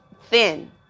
thin